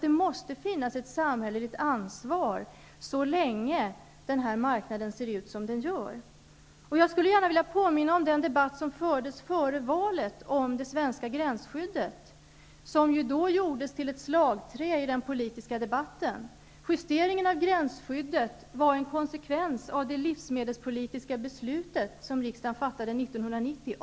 Det måste finnas ett samhälleligt ansvar så länge den här marknaden ser ut som den gör. Jag skulle vilja påminna om den debatt som fördes före valet om det svenska gränsskyddet, som då gjordes till ett slagträ i den politiska debatten. Höjningen av gränsskyddet var en konsekvens av det livsmedelspolitiska beslutet som riksdagen fattade 1990.